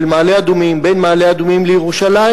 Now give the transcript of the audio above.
בין מעלה-אדומים לירושלים,